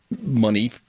Money